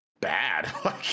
bad